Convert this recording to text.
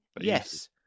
yes